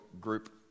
group